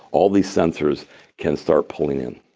all these sensors can start pulling in.